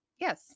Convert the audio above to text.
yes